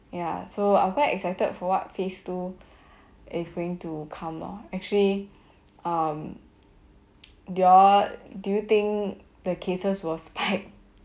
ya so I am quite excited for what phase two is going to come lor actually um do your do you think the cases will spike